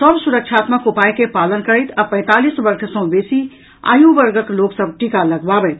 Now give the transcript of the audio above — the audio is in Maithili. सभ सुरक्षात्मक उपायक पालन करथि आ पैंतालीस वर्ष सॅ बेसी आयु वर्गक लोक सभ टीका लगबावथि